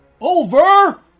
over